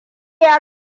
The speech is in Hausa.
ya